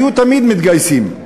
היו תמיד מתגייסים.